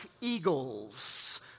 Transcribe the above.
eagles